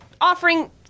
offering